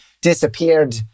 disappeared